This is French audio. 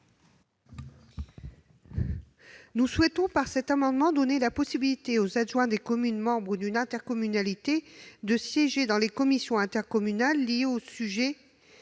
Nous souhaitons, par cet amendement, donner la possibilité aux adjoints des communes membres d'une intercommunalité de siéger dans les commissions intercommunales liées au sujet